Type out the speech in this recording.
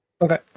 Okay